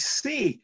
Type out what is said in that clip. see